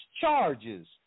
charges